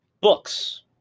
Books